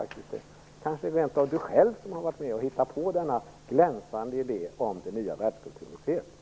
Kanske är det rent av hon själv som har kommit på den glänsande idén om det nya världskulturmuseet.